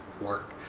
work